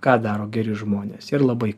ką daro geri žmonės ir labai